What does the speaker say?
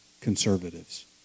conservatives